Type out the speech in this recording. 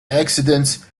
accidents